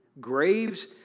Graves